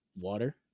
water